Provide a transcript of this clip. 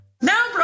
Now